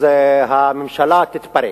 הממשלה תתפרק.